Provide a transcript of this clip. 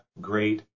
great